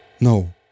No